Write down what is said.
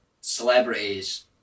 celebrities